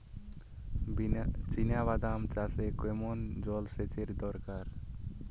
চিনাবাদাম চাষে কেমন জলসেচের দরকার?